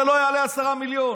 זה לא יעלה 10 מיליון.